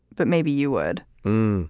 but maybe you would